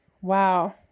Wow